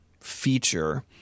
feature